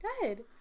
Good